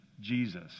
Jesus